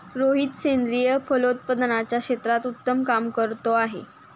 रोहित सेंद्रिय फलोत्पादनाच्या क्षेत्रात उत्तम काम करतो आहे